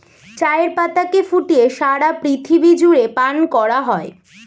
চায়ের পাতাকে ফুটিয়ে সারা পৃথিবী জুড়ে পান করা হয়